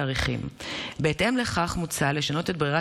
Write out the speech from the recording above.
התשפ"ג 2023. מוצע להתאים את שיטת היבוא